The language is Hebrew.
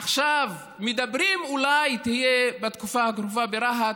עכשיו מדברים אולי שתהיה בתקופה הקרובה ברהט,